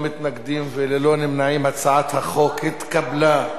הצעת החוק התקבלה בקריאה שנייה,